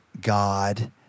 God